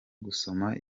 gusoma